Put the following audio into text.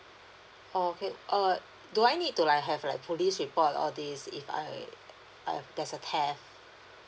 okay err do I need to like have like police report all these if I I there's a theft